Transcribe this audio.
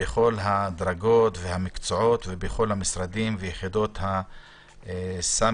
בכל הדרגות והמקצועות ובכל המשרדים ויחידות הסמך.